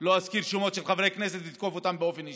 לא אזכיר שמות של חברי כנסת ואתקוף אותם באופן אישי.